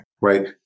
right